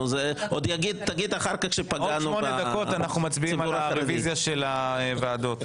בעוד שמונה דקות נצביע על הרביזיה של הוועדות,